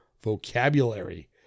vocabulary